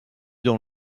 dans